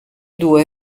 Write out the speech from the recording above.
due